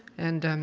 and